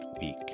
week